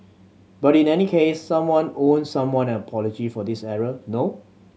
but in any case someone owes someone an apology for this error no